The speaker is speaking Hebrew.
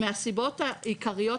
אי אפשר לפטור מתסקיר השפעה על הסביבה,